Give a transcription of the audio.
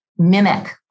mimic